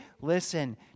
listen